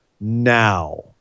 now